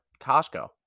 Costco